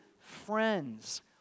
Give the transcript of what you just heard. friends